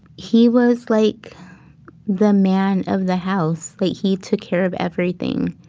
he was like the man of the house. like he took care of everything.